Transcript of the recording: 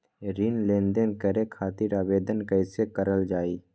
ऋण लेनदेन करे खातीर आवेदन कइसे करल जाई?